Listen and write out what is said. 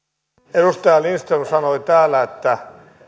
edustaja lindström sanoi täällä että